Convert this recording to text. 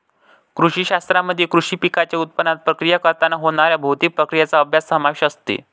कृषी शास्त्रामध्ये कृषी पिकांच्या उत्पादनात, प्रक्रिया करताना होणाऱ्या भौतिक प्रक्रियांचा अभ्यास समावेश असते